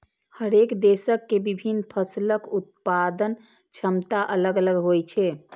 हरेक देशक के विभिन्न फसलक उत्पादन क्षमता अलग अलग होइ छै